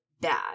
bad